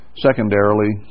secondarily